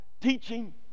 teaching